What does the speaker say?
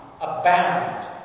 abound